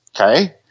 Okay